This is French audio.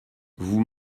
vous